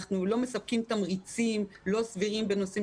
אנחנו לא מספקים תמריצים לא סבירים בנושאים